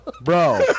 bro